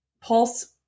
Pulse